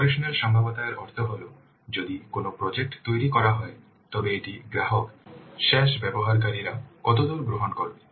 operational সম্ভাব্যতা এর অর্থ হল যদি কোনও প্রজেক্ট তৈরি করা হয় তবে এটি গ্রাহক শেষ ব্যবহারকারীরা কতদূর গ্রহণ করবে